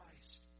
Christ